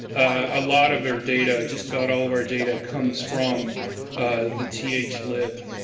a lot of our data, just about all of our data comes from the th lib,